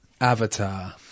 Avatar